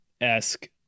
esque